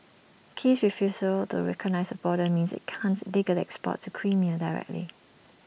Kiev's refusal to recognise the border means IT can't legally export to Crimea directly